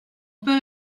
père